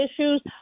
issues